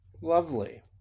Lovely